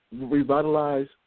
revitalize